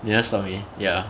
they never stopped me ya